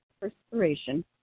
perspiration